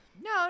no